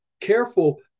careful